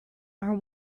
are